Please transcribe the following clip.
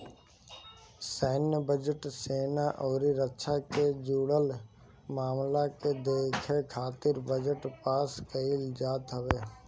सैन्य बजट, सेना अउरी रक्षा से जुड़ल मामला के देखे खातिर बजट पास कईल जात हवे